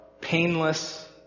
painless